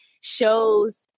shows